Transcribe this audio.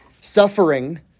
suffering